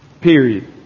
Period